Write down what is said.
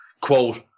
quote